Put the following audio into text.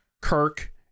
Kirk